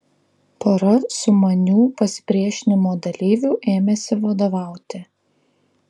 pora sumanių pasipriešinimo dalyvių ėmėsi vadovauti